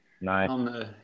nice